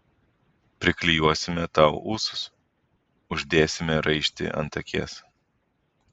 priklijuosime tau ūsus uždėsime raištį ant akies